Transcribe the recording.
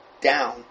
down